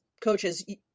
coaches